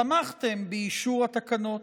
תמכתם באישור התקנות.